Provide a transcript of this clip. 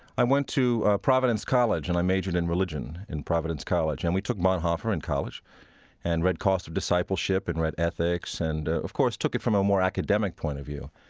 i went to providence college, and i majored in religion in providence college. and we took bonhoeffer in college and read cost of discipleship and read ethics and, ah of course, took it from a more academic point of view.